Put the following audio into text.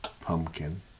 pumpkin